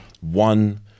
one